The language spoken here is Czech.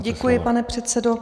Děkuji, pane předsedo.